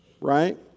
right